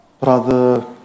Brother